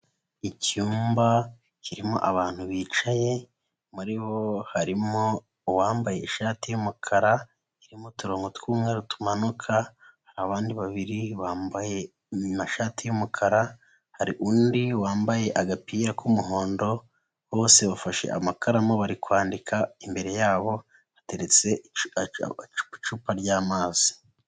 Icyumba kirimo abantu bicaye, muri bo harimo uwambaye ishati y'umukara, irimo uturongo tw'umweru tumanuka, abandi babiri bambaye amashati y'umukara, hari undi wambaye agapira k'umuhondo, bose bafashe amakaramu bari kwandika, imbere yabo hateretse icupa ry'amazi.